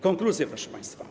Konkluzje, proszę państwa.